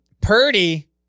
Purdy